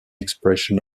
expression